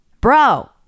bro